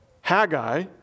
Haggai